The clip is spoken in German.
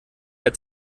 der